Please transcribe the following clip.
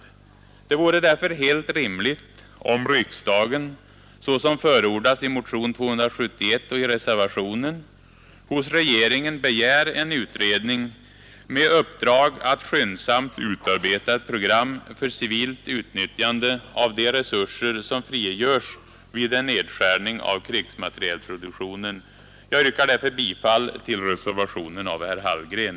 Det vore därför helt rimligt om riksdagen — såsom förordas i motion 271 och i reservationen — hos regeringen begär en utredning med uppdrag att skyndsamt utarbeta ett program för civilt utnyttjande av de resurser som frigörs vid en nedskärning av krigsmaterielproduktionen. Jag yrkar bifall till reservationen av herr Hallgren.